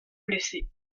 blessé